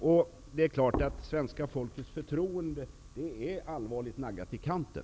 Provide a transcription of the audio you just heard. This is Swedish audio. Klart är att svenska folkets förtroende är allvarligt naggat i kanten.